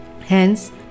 Hence